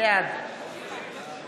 בעד